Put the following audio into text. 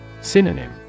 Synonym